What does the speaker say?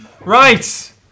Right